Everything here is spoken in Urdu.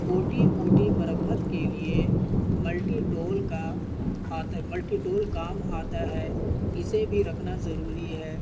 چھوٹی موٹی مرمت کے لیے ملٹیٹول کا آتا ملٹیٹول کام آتا ہے اسے بھی رکھنا ضروری ہے